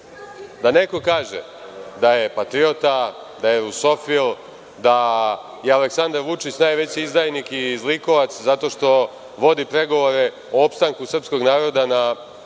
da neko kaže da je patriota, da je rusofil, da je Aleksandar Vučić najveći izdajnik i zlikovac zato što vodi pregovore o opstanku srpskog naroda na